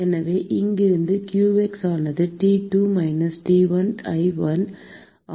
எனவே இங்கிருந்து qx ஆனது T2 மைனஸ் T1 ஐ 1 ஆல் x2 மைனஸ் 1 ஆல் வகுக்கப்படுகிறது